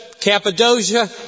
Cappadocia